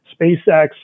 SpaceX